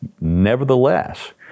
nevertheless